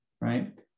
Right